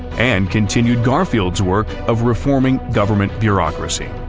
and continued garfield's work of reforming government bureaucracy.